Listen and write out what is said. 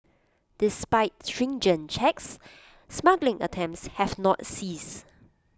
despite stringent checks smuggling attempts have not ceased